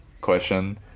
question